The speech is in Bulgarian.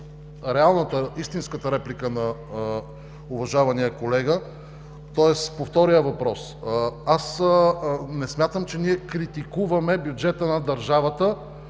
реалната, истинската реплика на уважавания колега, тоест на втория въпрос. Не смятам, че ние критикуваме бюджета на държавата,